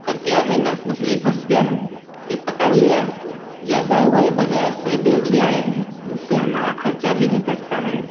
कटिया में मछली फँस गई कि पकड़ लिया ज़्यादा हो गई बाज़ार से बेच लाए उससे हमारा खर्चा भी निपटता है